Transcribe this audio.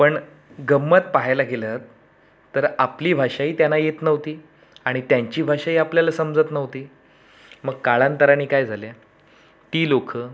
पण गंमत पाहायला गेलं तर आपली भाषाही त्यांना येत नव्हती आणि त्यांची भाषाही आपल्याला समजत नव्हती मग कालांतरानी काय झालं ती लोकं